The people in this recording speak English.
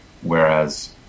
whereas